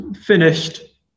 finished